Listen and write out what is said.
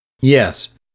Yes